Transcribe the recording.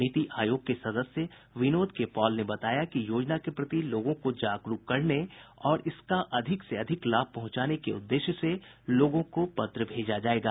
नीति आयोग के सदस्य विनोद के पॉल ने बताया कि योजना के प्रति लोगों को जागरूक करने और इसका अधिक से अधिक लाभ पहुंचाने के उद्देश्य से लोगों को पत्र भेजा जायेगा